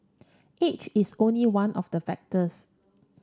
age is only one of the factors